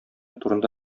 турында